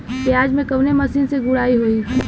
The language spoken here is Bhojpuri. प्याज में कवने मशीन से गुड़ाई होई?